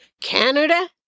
Canada